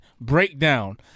Breakdown